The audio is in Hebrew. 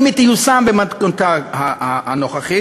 אם היא תיושם במתכונתה הנוכחית,